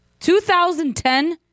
2010